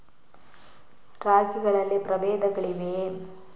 ರಾಗಿಗಳಲ್ಲಿ ಪ್ರಬೇಧಗಳಿವೆಯೇ?